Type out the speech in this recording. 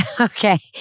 okay